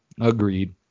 agreed